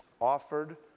offered